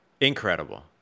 Incredible